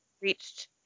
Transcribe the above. Reached